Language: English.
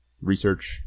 research